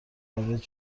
خارج